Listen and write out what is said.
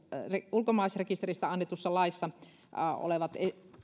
ulkomaalaisrekisteristä annetussa laissa olevat